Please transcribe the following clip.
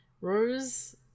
Rose